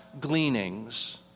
gleanings